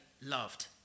loved